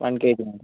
one കേക്കിനോ